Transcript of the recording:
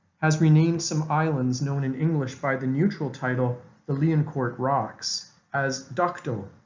has renamed some islands known in english by the neutral title the liancourt rocks as dokdo,